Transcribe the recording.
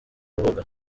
rubuga